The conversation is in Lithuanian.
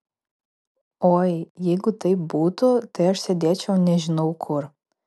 oi jeigu taip būtų tai aš sėdėčiau nežinau kur